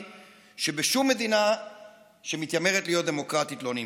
שבשום מדינה שמתיימרת להיות דמוקרטית לא ננקט,